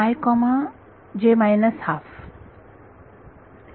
विद्यार्थी Refer Time 0526 आणि